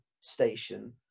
station